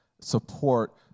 support